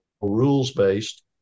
rules-based